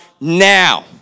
Now